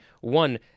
One